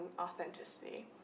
authenticity